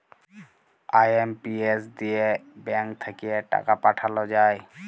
IMPS দিয়ে bank থাক্যে টাকা পাঠাল যায়